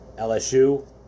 LSU